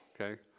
okay